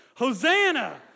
Hosanna